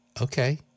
Okay